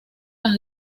las